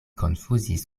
konfuzis